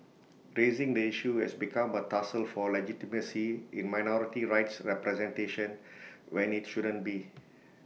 raising the issue has become A tussle for legitimacy in minority rights representation when IT shouldn't be